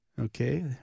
Okay